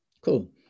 Cool